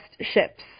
ships